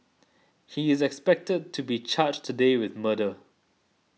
he is expected to be charged today with murder